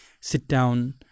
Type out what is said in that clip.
sit-down